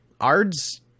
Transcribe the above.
Ard's